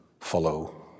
follow